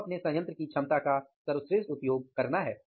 हम अपने संयंत्र की क्षमता का सर्वश्रेष्ठ उपयोग करना है